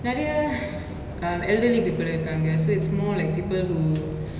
நெரய:neraya um elderly people இருக்காங்க:irukaanga so it's more like people who